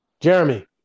Jeremy